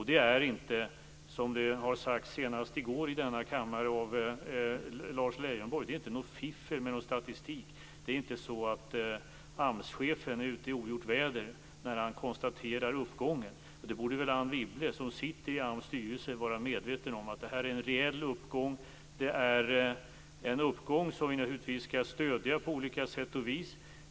Det är inte Det är inte så att AMS-chefen är ute i ogjort väder när han konstaterar uppgången. Det borde Anne Wibble, som sitter i AMS styrelse, vara medveten om. Det är en reell uppgång. Det är en uppgång som vi naturligtvis skall stödja alla sätt och vis.